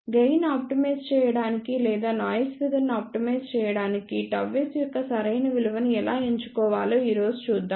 gain optimise చేయడానికి లేదా noise figure ను ఆప్టిమైజ్ చేయడానికి ΓS యొక్క సరైన విలువను ఎలా ఎంచుకోవాలో ఈ రోజు చూద్దాం